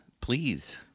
please